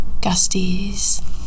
Gusties